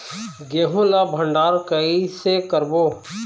गेहूं ला भंडार कई से करबो?